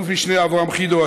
אלוף משנה אברהם חידו,